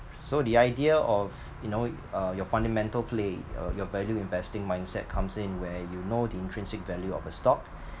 so the idea of you know uh your fundamental play uh your value investing mindset comes in where you know the intrinsic value of the stock